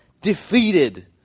Defeated